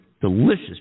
delicious